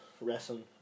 wrestling